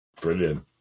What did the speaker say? Brilliant